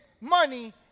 money